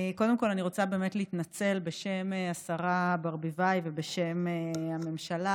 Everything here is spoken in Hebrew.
אני רוצה באמת להתנצל בשם השרה ברביבאי ובשם הממשלה.